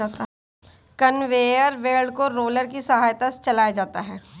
conveyor belt को roller की सहायता से चलाया जाता है